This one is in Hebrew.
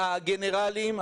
הגנרלים,